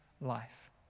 life